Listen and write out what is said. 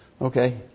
Okay